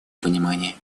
понимание